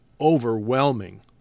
overwhelming